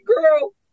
girl